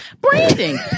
Branding